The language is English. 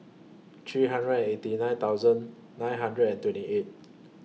three hundred and eighty nine thousand nine hundred and twenty eight